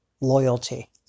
loyalty